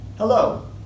Hello